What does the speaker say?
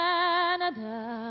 Canada